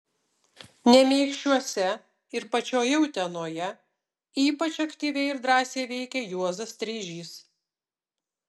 nemeikščiuose ir pačioje utenoje ypač aktyviai ir drąsiai veikė juozas streižys